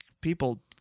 people